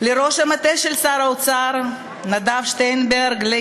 לראש המטה של שר האוצר נדב שיינברגר,